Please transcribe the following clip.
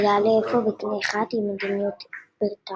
ויעלה אפוא בקנה אחד עם מדיניות בריטניה.